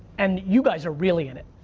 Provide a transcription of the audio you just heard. and you guys are really in it.